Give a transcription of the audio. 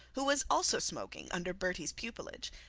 who was also smoking under bertie's pupilage,